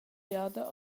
jada